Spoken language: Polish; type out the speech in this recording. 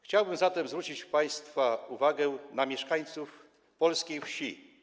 Chciałbym zatem zwrócić państwa uwagę na mieszkańców polskiej wsi.